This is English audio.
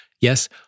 yes